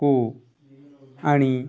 କୁ ଆଣି